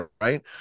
right